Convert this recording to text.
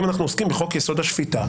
ואם אנחנו עוסקים בחוק יסוד: השפיטה,